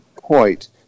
point